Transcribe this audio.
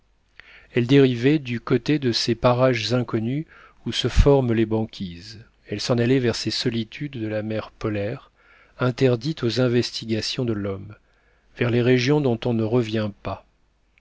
elle dérivait du côté de ces parages inconnus où se forment les banquises elle s'en allait vers ces solitudes de la mer polaire interdites aux investigations de l'homme vers les régions dont on ne revient pas